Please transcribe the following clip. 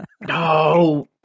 no